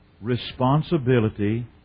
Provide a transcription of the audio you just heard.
responsibility